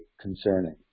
concerning